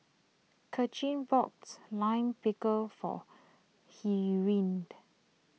Kelcie boats Lime Pickle for he rained